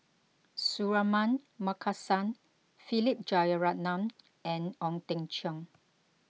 Suratman Markasan Philip Jeyaretnam and Ong Teng Cheong